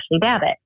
Babbitt